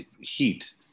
heat